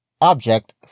object